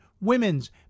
women's